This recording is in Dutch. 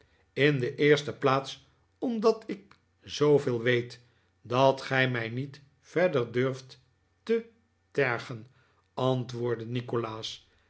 in de eerste plaats omdat ik zooveel weet dat gij mij niet verder durft te tergen antwoordde nikolaas